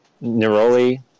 neroli